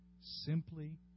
Simply